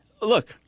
Look